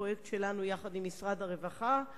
פרויקט שלנו יחד עם משרד הרווחה,